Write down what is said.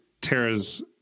Tara's